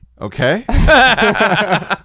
okay